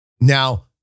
Now